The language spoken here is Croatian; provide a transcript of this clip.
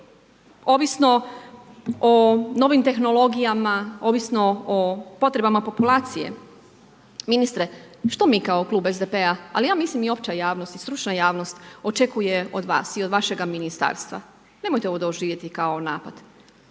ovisno o novim tehnologijama, ovisno o potrebama populacije. Ministre, što mi kao Klub SDP-a ali ja mislim i opća javnost i stručna javnost, očekuje od vas i od vašega ministarstva. Nemojte ovo doživjeti kao napad.